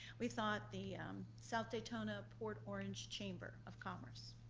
we thought the south daytona port orange chamber of commerce.